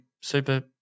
super